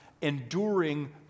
enduring